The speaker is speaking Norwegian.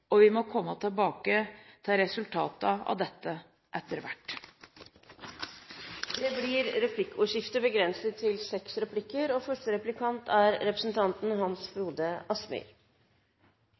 og vi må komme tilbake til resultatene av dette etter hvert. Det blir replikkordskifte.